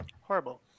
Horrible